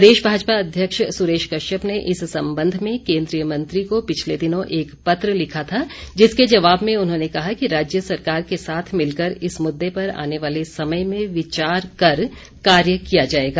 प्रदेश भाजपा अध्यक्ष सुरेश कश्यप ने इस संबंध में केन्द्रीय मंत्री को पिछले दिनों एक पत्र लिखा था जिसके जवाब में उन्होंने कहा कि राज्य सरकार के साथ मिलकर इस मुददे पर आने वाले समय में विचार कर कार्य किया जाएगा